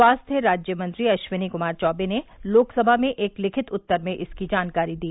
स्वास्थ्य राज्य मंत्री अश्वनी कुमार चौवे ने लोकसभा में एक लिखित उत्तर में इसकी जानकारी दी